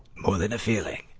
more than a feeling.